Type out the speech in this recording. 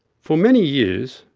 for many years,